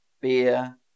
beer